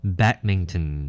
badminton